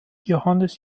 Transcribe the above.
johannes